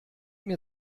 mir